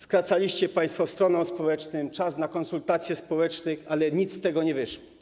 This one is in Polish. Skracaliście państwo stronom społecznym czas na konsultacje społeczne, ale nic z tego nie wyszło.